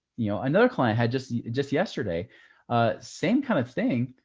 you know, another client had just just yesterday same kind of thing.